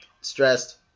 stressed